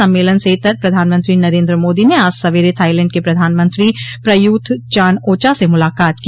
सम्मेलन से इतर प्रधानमंत्री नरेन्द्र मोदी ने आज सवेरे थाईलैण्ड के प्रधानमंत्री प्रयूथ चान ओचा से मुलाकात की